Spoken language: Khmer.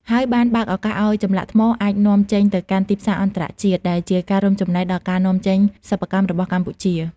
ហើយបានបើកឱកាសឲ្យចម្លាក់ថ្មអាចនាំចេញទៅកាន់ទីផ្សារអន្តរជាតិ ដែលជាការរួមចំណែកដល់ការនាំចេញសិប្បកម្មរបស់កម្ពុជា។